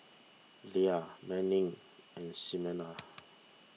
Lia Manning and Ximena